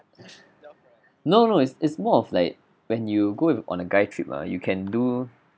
no no it's it's more of like when you go on a guy trip ah you can do